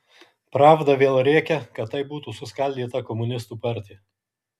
pravda vėl rėkia kad taip būtų suskaldyta komunistų partija